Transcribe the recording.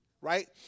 Right